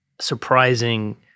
surprising